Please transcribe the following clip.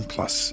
Plus